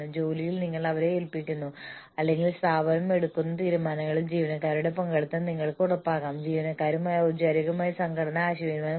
corporate wide പ്ലാനുകളുടെ നേട്ടങ്ങൾ സ്ഥാപനത്തിന് വർദ്ധിച്ച സാമ്പത്തിക വഴക്കം ജീവനക്കാരുടെ പ്രതിബദ്ധത നികുതി ആനുകൂല്യങ്ങൾ എന്നിവയാണ്